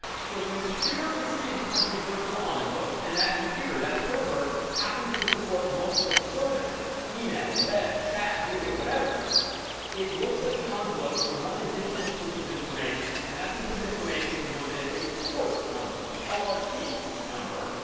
so when a computer receives one of these virtual envelopes and that computer, that server, happens to support multiple services, email, web, chat, video, whatever it looks at the envelope for one additional piece of information. and that piece of information is known as a port number, p o r t number,